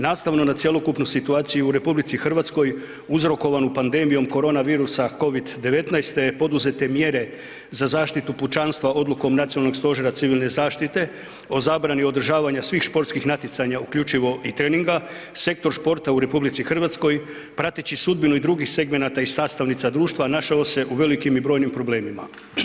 Nastavno na cjelokupnu situaciji u RH, uzrokovanom pandemijom koronavirusa, COVID-19 te poduzete mjere za zaštitu pučanstva Odlukom Nacionalnog stožera civilne zaštite o zabrani održavanja svih športskih natjecanja, uključivo i treninga, sektor športa u RH prateći sudbinu i drugih segmenata i sastavnica društva našao se u velikim i brojnim problemima.